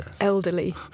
elderly